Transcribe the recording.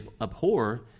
abhor